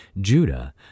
Judah